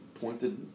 pointed